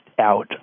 out